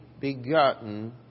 begotten